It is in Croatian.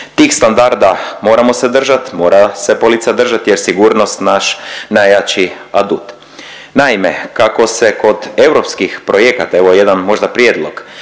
Tih standarda moramo se držati, mora se policija držat jer sigurnost je naš najjači adut. Naime, kako se kod europskih projekata evo jedan možda prijedlog,